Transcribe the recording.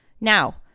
Now